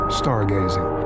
stargazing